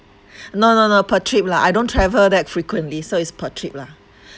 no no no per trip lah I don't travel that frequently so it's per trip lah